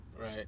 Right